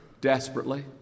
desperately